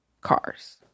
Cars